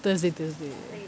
thursday thursday